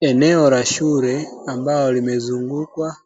Eneo la shule ambalo limezungukwa